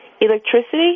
electricity